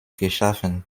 geschaffen